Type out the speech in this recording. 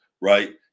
right